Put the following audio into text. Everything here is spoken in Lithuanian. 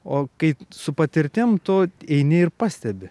o kai su patirtim tu eini ir pastebi